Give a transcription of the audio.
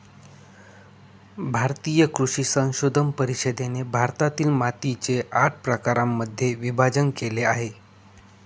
भारतीय कृषी संशोधन परिषदेने भारतातील मातीचे आठ प्रकारांमध्ये विभाजण केले आहे